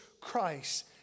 Christ